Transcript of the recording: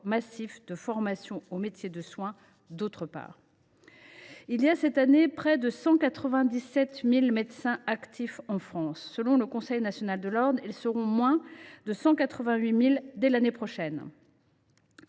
massif vers les métiers du soin. Il y a cette année près de 197 000 médecins actifs en France. Selon le Conseil national de l’ordre, ils seront moins de 188 000 dès l’année prochaine,